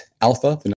Alpha